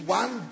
one